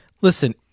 listen